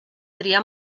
triar